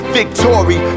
victory